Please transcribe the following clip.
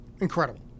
incredible